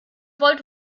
wollt